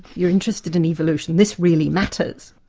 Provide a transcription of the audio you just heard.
you're interested in evolution, this really matters.